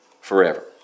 forever